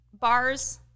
bars